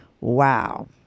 Wow